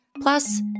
Plus